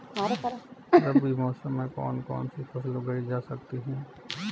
रबी मौसम में कौन कौनसी फसल उगाई जा सकती है?